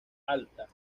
alta